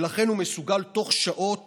ולכן הוא מסוגל תוך שעות